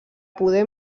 poder